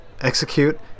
execute